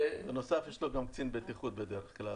בנוסף, יש לו גם קצין בטיחות בדרך כלל.